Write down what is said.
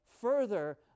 further